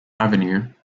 avenue